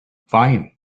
fine